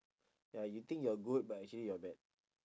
ya you think you're good but actually you're bad